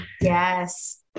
Yes